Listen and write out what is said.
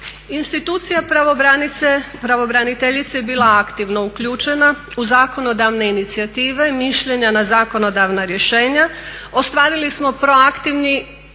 Institucija pravobraniteljice je bila aktivno uključena u zakonodavne inicijative, mišljenja na zakonodavna rješenja. Ostvarili smo proaktivni